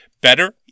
better